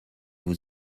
vous